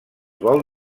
vol